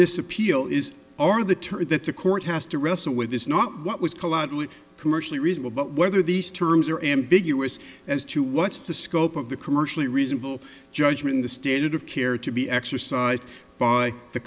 this appeal is are the terms that the court has to wrestle with is not what was really commercially reasonable but whether these terms are ambiguous as to what's the scope of the commercially reasonable judgement the standard of care to be exercised by the